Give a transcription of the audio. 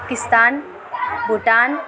Pakistan Bhutan